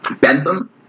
Bentham